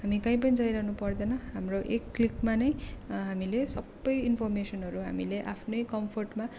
हामी कहीँ पनि जाइरहनु पर्दैन हाम्रो एक क्लिकमा नै हामीले सबै इनफर्मेसनहरू हामीले आफ्नै कम्फर्टमा